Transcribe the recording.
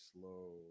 slow